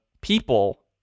people